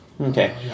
Okay